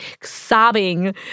sobbing